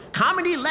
Comedy